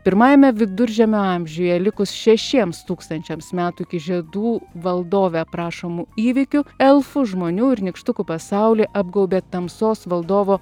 pirmajame viduržiemio amžiuje likus šešiems tūkstančiams metų iki žiedų valdove aprašomų įvykių elfų žmonių ir nykštukų pasaulį apgaubė tamsos valdovo